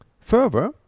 Further